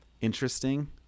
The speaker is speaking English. interesting